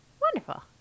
Wonderful